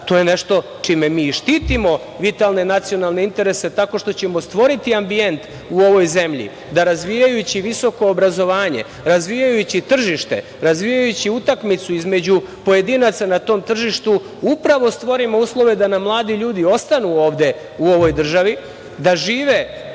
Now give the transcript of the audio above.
To je nešto čime mi i štitimo vitalne nacionalne interese, tako što ćemo stvoriti ambijent u ovoj zemlji, da razvijajući visoko obrazovanje, razvijajući tržište, razvijajući utakmicu između pojedinca na tom tržištu, upravo stvorimo uslove da nam mladi ljudi ostanu ovde u ovoj državi, da žive